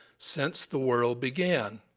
since the world began.